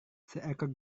seekor